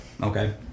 Okay